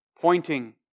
Pointing